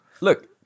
Look